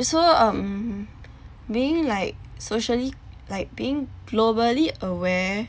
so um being like socially like being globally aware